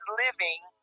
living